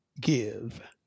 give